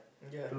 ya